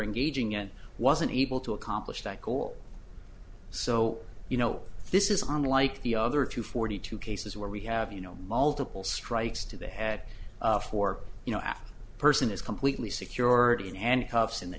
engaging in wasn't able to accomplish that goal so you know this isn't like the other two forty two cases where we have you know multiple strikes to the head for you know half a person is completely secured in and cuffs in the